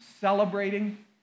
celebrating